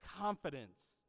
confidence